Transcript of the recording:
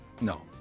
No